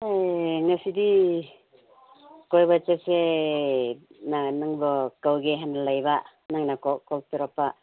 ꯑꯦ ꯉꯁꯤꯗꯤ ꯀꯣꯏꯕ ꯆꯠꯁꯦꯅ ꯅꯪꯕꯨ ꯀꯧꯒꯦ ꯍꯥꯏꯅ ꯂꯩꯕ ꯅꯪꯅ ꯀꯣꯜ ꯇꯧꯔꯛꯄ